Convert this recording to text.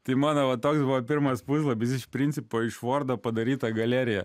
tai mano va toks buvo pirmas puslapis iš principo iš vordo padaryta galerija